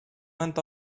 went